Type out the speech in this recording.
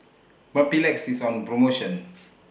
Mepilex IS on promotion